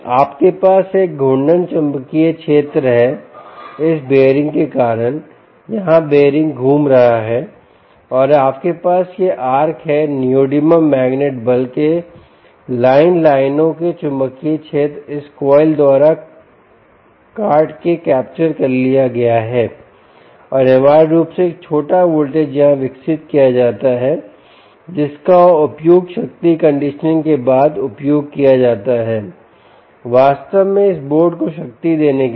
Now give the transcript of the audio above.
आपके पास एक घूर्णन चुंबकीय क्षेत्र है इस बेयरिंग के कारण यहाँ बेयरिंग घूम रहा है और फिर आपके पास ये आर्क है नियोडिमियम मैग्नेट बल के लाइन लाइनों के चुंबकीय क्षेत्र इस कॉइल द्वारा काट के कैप्चर कर लिया गया है और अनिवार्य रूप से एक छोटा वोल्टेज यहां विकसित किया जाता है जिसका उपयुक्त शक्ति कंडीशनिंग के बाद उपयोग किया जा सकता है वास्तव में इस बोर्ड को शक्ति देने के लिए